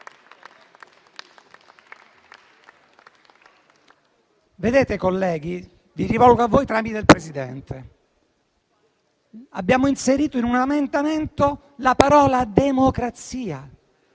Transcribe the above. Vedete colleghi - mi rivolgo a voi tramite il Presidente - abbiamo inserito in un emendamento la parola "democrazia",